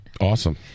Awesome